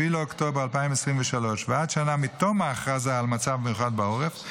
באוקטובר 2023 ועד שנה מתום ההכרזה על מצב מיוחד בעורף,